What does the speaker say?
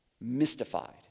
mystified